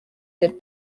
did